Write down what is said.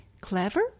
clever